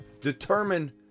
determine